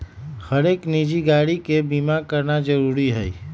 हरेक निजी गाड़ी के बीमा कराना जरूरी हई